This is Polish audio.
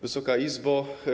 Wysoka Izbo!